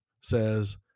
says